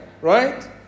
right